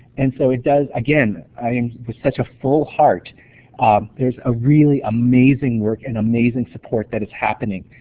and so it does again, i mean with such a full heart there's a really amazing work and amazing support that is happening.